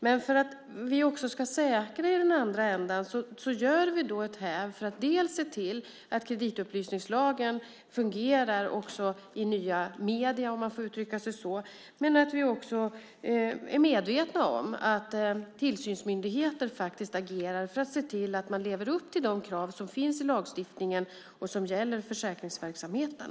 Men för att också säkra i den andra ändan gör vi ett häv för att se till dels att kreditupplysningslagen fungerar också i nya medier, om man får uttrycka sig så, dels att vi är medvetna om att tillsynsmyndigheter faktiskt agerar för att se till att man lever upp till de krav som finns i lagstiftningen och som gäller försäkringsverksamheten.